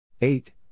eight